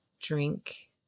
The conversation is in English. drink